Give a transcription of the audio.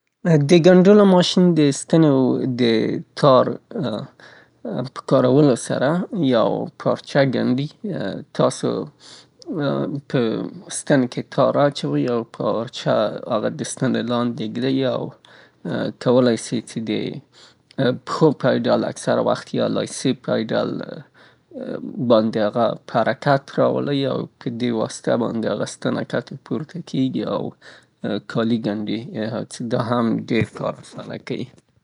د ګنډلو ماشین البته دستن او تار پواسطه باندې کار کیي، البته کله چې تاسې هغه د پایډل پواسطه، د پښې په واسطه یا د لاس په واسطه باندې تاو کړئ، د هغه کار چتر لاندې حرکت کوي، د دندانه شکل لرونکو دندانو په واسطه باندې البته ستونو ښکته پورته تلو په صورت کې پارچه یو طرف ته اوړي او حرکت کیي او ګنډل کیږي، تر څو دا تاسې ته اجازه درکیی چې هر نوعه توکر او جامې په باندې وګنډئ.